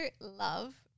love